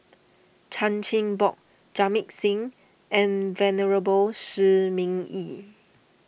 Chan Chin Bock Jamit Singh and Venerable Shi Ming Yi